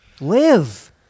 live